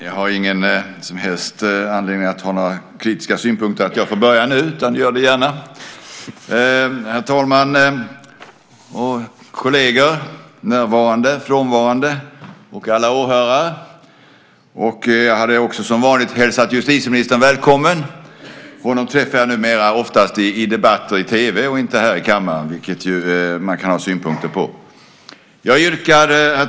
Herr talman! Kolleger, närvarande och frånvarande, och alla åhörare! Jag hade som vanligt gärna hälsat också justitieministern välkommen. Honom träffar jag numera oftast i debatter i tv och inte här i kammaren, vilket man kan ha synpunkter på. Herr talman!